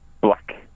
Black